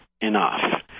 enough